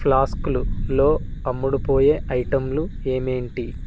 ఫ్లాస్కులలో అమ్ముడుపోయే ఐటెంలు ఏంటేంటి